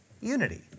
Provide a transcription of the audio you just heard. unity